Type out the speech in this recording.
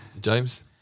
James